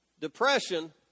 Depression